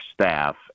staff